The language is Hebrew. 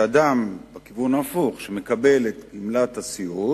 בכיוון ההפוך, אדם שמקבל את גמלת הסיעוד,